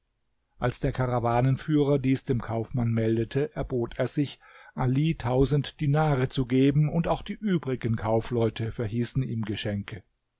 als der karawanenführer dies dem kaufmann meldete erbot er sich ali tausend dinare zu geben und auch die übrigen kaufleute verhießen ihm geschenke